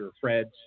Fred's